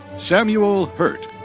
samuel hurt.